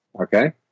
okay